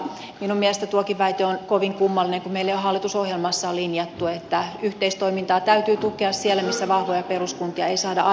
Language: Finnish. minun mielestäni tuokin väite on kovin kummallinen kun meillä jo hallitusohjelmassa on linjattu että yhteistoimintaa täytyy tukea siellä missä vahvoja peruskuntia ei saada aikaiseksi